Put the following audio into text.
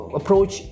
approach